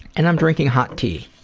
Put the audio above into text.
and i'm drinking hot tea